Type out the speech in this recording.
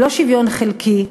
לא שוויון חלקי,